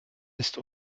ist